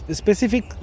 specific